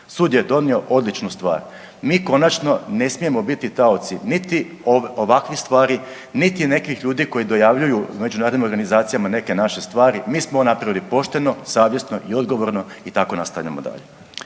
Sud je donio odličnu stvar. Mi konačno ne smijemo biti taoci niti ovakvih stvari, niti nekih ljudi koji dojavljuju međunarodnim organizacijama neke naše stvari. Mi smo napravili pošteno, savjesno i odgovorno i tako nastavljamo dalje.